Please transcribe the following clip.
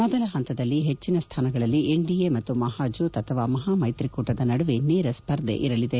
ಮೊದಲ ಹಂತದಲ್ಲಿ ಹೆಚ್ಚಿನ ಸ್ಥಾನಗಳಲ್ಲಿ ಎನ್ಡಿಎ ಮತ್ತು ಮಹಾಜೋತ್ ಅಥವಾ ಮಹಾಮೈತ್ರಿಕೂಟದ ನಡುವೆ ನೇರ ಸ್ಪರ್ಧೆ ಇರಲಿದೆ